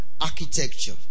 architecture